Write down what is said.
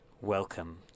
welcome